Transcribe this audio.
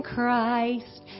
Christ